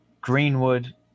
Greenwood